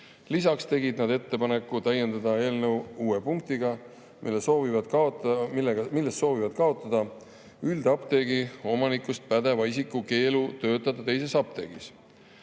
Lisaks tegid nad ettepaneku täiendada eelnõu uue punktiga, millega nad soovivad kaotada üldapteegi omanikust pädeva isiku keelu töötada teises apteegis.